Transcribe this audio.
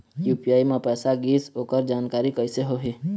UPI म पैसा गिस ओकर जानकारी कइसे होही?